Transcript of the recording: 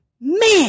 Man